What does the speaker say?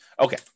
Okay